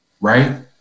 right